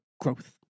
Growth